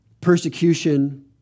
persecution